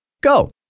Go